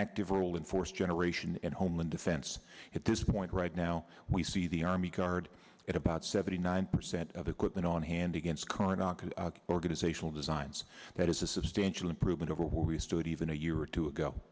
active role in force generation and homeland defense at this point right now we see the army guard at about seventy nine percent of equipment on hand against current organizational designs that is a substantial improvement over where we stood even a year or two ago